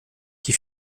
qui